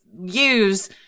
use